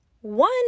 One